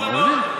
מוסיף,